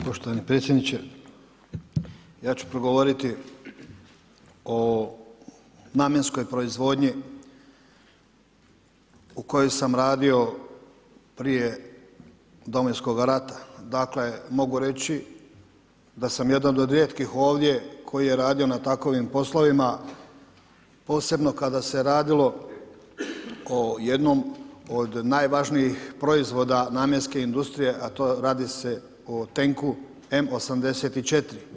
Poštovani predsjedniče, ja ću progovoriti o namjenskoj proizvodnji u kojoj sam radio prije Domovinskoga rata, dakle, mogu reći da sam jedan od rijetkih ovdje koji je radio na takovim poslovima posebno kada se radilo o jednom od najvažniji proizvoda namjenske industrije a radi se o tenku M84.